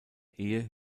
ehe